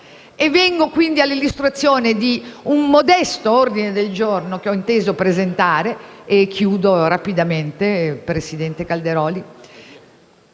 Vengo quindi all'illustrazione di un modesto ordine del giorno che ho inteso presentare - e concludo rapidamente, signor